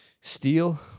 Steel